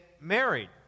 married